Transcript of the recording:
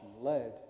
led